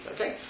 Okay